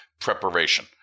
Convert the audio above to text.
preparation